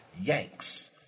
Yanks